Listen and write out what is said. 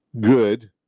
good